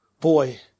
boy